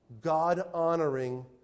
God-honoring